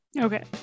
Okay